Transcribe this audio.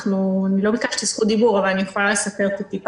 אני לא ביקשתי זכות דיבור אבל אני יכולה לספר קצת: